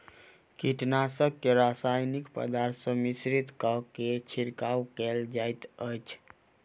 कीटनाशक के रासायनिक पदार्थ सॅ मिश्रित कय के छिड़काव कयल जाइत अछि